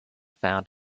found